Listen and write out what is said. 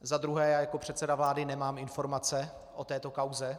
Za druhé já, jako předseda vlády nemám informace o této kauze.